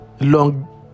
Long